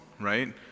right